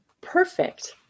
Perfect